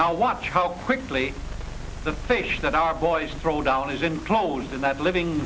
now watch how quickly the fish that our boys throw down is enclosed in that living